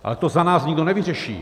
Ale to za nás nikdo nevyřeší.